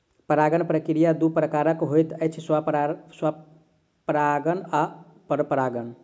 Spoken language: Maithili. परागण प्रक्रिया दू प्रकारक होइत अछि, स्वपरागण आ परपरागण